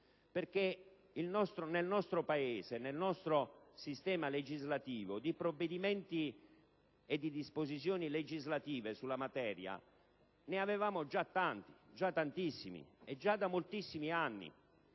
Dico questo perché, nel nostro sistema legislativo, di provvedimenti e di disposizioni legislative sulla materia ne avevamo già tantissimi e da moltissimi anni.